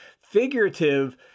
figurative